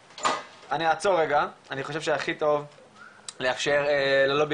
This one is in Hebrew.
אני אעצור רגע אני חושב שהכי טוב לאפשר ללובי